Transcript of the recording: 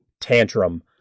Tantrum